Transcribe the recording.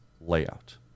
layout